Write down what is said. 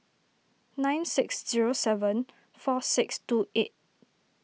nine six zero seven four six two eight